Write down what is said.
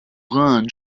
rahn